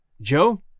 joe